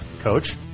coach